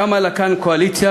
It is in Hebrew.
קמה לה כאן קואליציה,